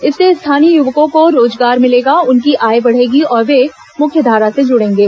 इससे स्थानीय युवकों को स्वरोजगार मिलेगा उनकी आय बढ़ेगी और वे मुख्यधारा से जुड़ेगें